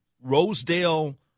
Rosedale